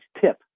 tip